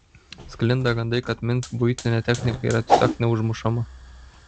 sklinda gandai kad minsk buitinė technika yra tiesiog neužmušama